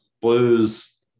Blues